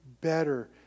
better